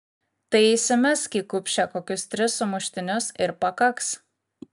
tai įsimesk į kupšę kokius tris sumuštinius ir pakaks